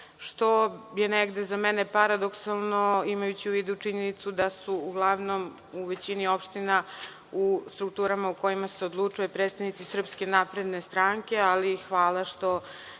što je negde za mene paradoksalno, imajući u vidu činjenicu da su uglavnom u većini opština u strukturama u kojima se odlučuje su predstavnici SNS, ali hvala što